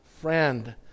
friend